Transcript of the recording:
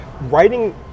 Writing